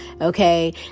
Okay